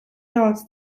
yards